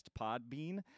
Podbean